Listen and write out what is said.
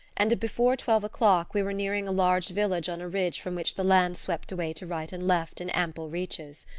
and before twelve o'clock we were nearing a large village on a ridge from which the land swept away to right and left in ample reaches.